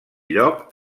lloc